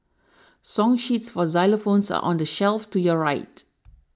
song sheets for xylophones are on the shelf to your right